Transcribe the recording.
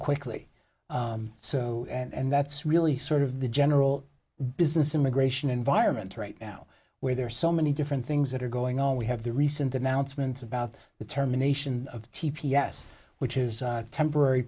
quickly so and that's really sort of the general business immigration environment right now where there are so many different things that are going on we have the recent announcement about the terminations of t p s which is temporary